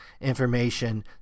information